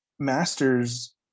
Masters